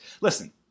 Listen